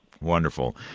Wonderful